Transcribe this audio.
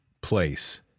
place